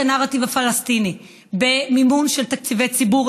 הנרטיב הפלסטיני במימון של תקציבי ציבור.